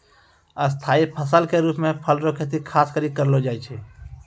स्थाई फसल के रुप मे फल रो खेती खास करि कै करलो जाय छै